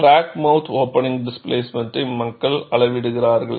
crack mouth opening டிஸ்ப்ளெஸ்மன்டை மக்கள் அளவிடுகிறார்கள்